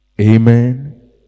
Amen